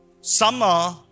summer